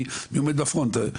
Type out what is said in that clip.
מי עומד בפרונט.